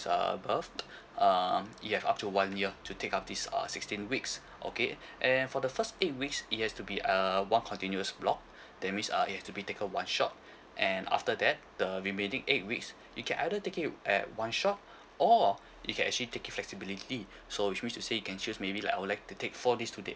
is uh birth um you have up to one year to take up this err sixteen weeks okay and for the first eight weeks it has to be uh one continuous block that means uh it have to be take a one shot and after that the remaining eight weeks you can either take it at one shot or you can actually take it flexibility so which means to say you can choose maybe like I would like to take four this today uh